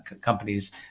companies